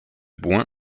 bouin